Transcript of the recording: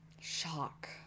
Shock